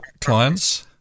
clients